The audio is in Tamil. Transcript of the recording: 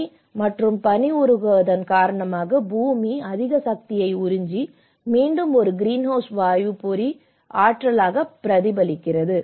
பனி மற்றும் பனி உருகுவதன் காரணமாக பூமி அதிக சக்தியை உறிஞ்சி மீண்டும் ஒரு கிரீன்ஹவுஸ் வாயு பொறி ஆற்றலாக பிரதிபலிக்கிறது